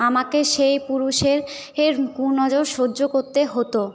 আমাকে সেই পুরুষের কুনজর সহ্য করতে হতো